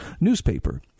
newspaper